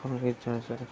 সংগীত চৰ্চা